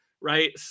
right